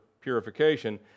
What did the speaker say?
purification